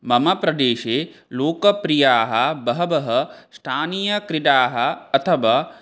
मम प्रदेशे लोकप्रियाः बहवः स्थानीयक्रीडाः अथवा